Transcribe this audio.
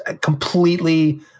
completely